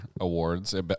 awards